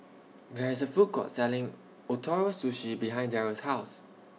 There IS A Food Court Selling Ootoro Sushi behind Darrel's House